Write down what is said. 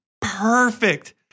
perfect